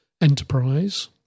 enterprise